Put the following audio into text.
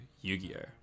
Yu-Gi-Oh